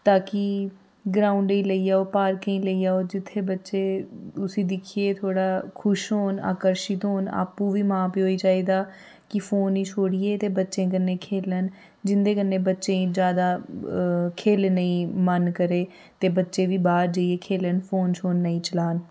ताकि ग्राउंड च लेई जाओ पार्कें च लेई जाओ जित्थैं बच्चे उसी दिक्खियै थोह्ड़ा खुश होन आकर्शत होन आपूं बी मां प्यो गी चाहिदा कि फोन गी छोड़ियै ते बच्चें कन्नै खेलन जिंदे कन्नै बच्चें गी ज्यादा खेलने ई मन करै ते बच्चे बी बाह्र जाइयै खेलन फोन शोन नेईं चलान